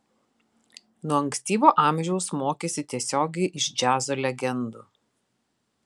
nuo ankstyvo amžiaus mokėsi tiesiogiai iš džiazo legendų